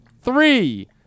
three